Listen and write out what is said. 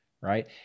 right